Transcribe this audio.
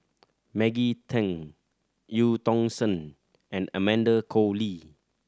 Maggie Teng Eu Tong Sen and Amanda Koe Lee